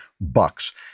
bucks